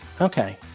Okay